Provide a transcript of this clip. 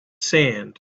sand